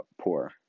poor